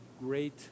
great